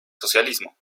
socialismo